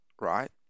right